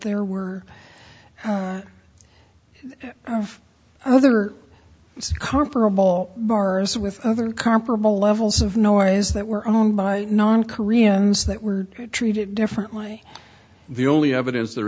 there were other comparable bars with other comparable levels of noise that were owned by non koreans that were treated differently the only evidence there